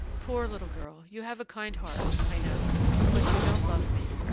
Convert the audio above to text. poor little girl, you have a kind heart, i know but you don't love me,